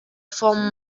vom